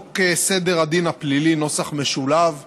חוק סדר הדין הפלילי קובע